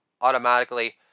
automatically